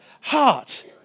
heart